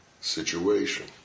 situation